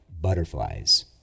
butterflies